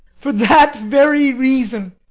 for that very reason.